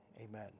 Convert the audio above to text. Amen